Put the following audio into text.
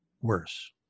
worse